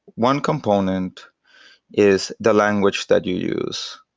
one component is the language that you use.